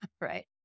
right